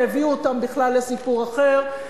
כי הביאו אותם בכלל לסיפור אחר.